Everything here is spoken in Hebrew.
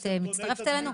את מצטרפת אלינו,